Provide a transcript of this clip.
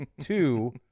Two